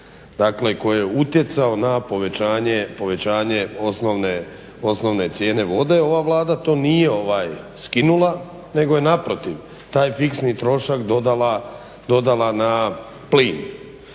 dakle koji je utjecao na povećanje osnovne cijene vode. Ova Vlada to nije skinula, nego je naprotiv taj fiksni trošak dodala na plin.